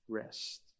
rest